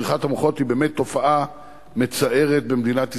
בריחת מוחות היא באמת תופעה מצערת במדינת ישראל.